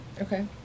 okay